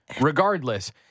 regardless